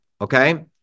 okay